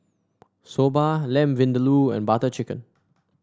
Soba Lamb Vindaloo and Butter Chicken